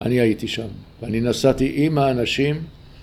‫אני הייתי שם, ‫ואני נסעתי עם האנשים.